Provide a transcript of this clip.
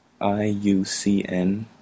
IUCN